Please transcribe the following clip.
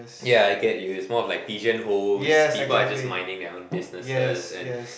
yeah I get you is more of like pigeon holes people are just minding their own businesses and